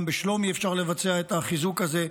גם בשלומי אפשר לבצע את החיזוק הזה.